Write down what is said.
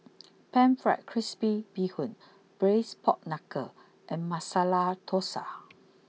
Pan Fried Crispy Bee Hoon Braised Pork Knuckle and Masala Thosai